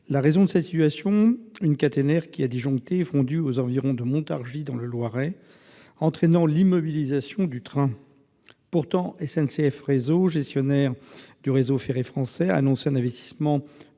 situation a été provoquée par une caténaire qui a disjoncté et fondu aux environs de Montargis, dans le Loiret, entraînant l'immobilisation du train. Pourtant, SNCF Réseau, gestionnaire du réseau ferré français, a annoncé un investissement de